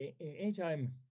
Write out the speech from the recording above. anytime